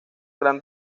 gran